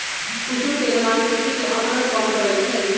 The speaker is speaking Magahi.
कुसुम तेल मांसपेशी के अकड़न कम करई छई